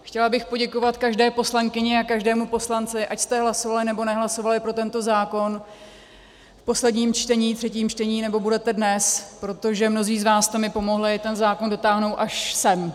Chtěla bych poděkovat každé poslankyni a každému poslanci, ať jste hlasovali, nebo nehlasovali pro tento zákon v posledním čtení, ve třetím čtení, nebo budete dnes, protože mnozí z vás jste mi pomohli ten zákon dotáhnout až sem.